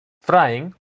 frying